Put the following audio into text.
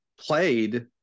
played